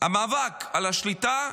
המאבק על השליטה,